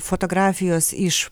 fotografijos iš